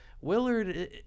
Willard